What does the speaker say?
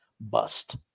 Bust